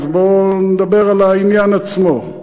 אז בוא נדבר על העניין עצמו.